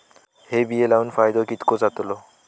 हे बिये लाऊन फायदो कितको जातलो?